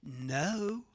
no